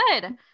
good